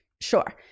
Sure